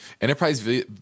Enterprise